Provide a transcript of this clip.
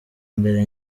mbere